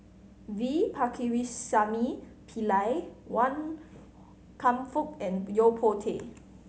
V Pakirisamy Pillai Wan Kam Fook and Yo Po Tee